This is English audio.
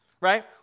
right